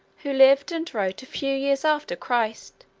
who lived and wrote a few years after christ,